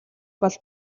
бол